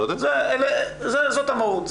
זאת המהות.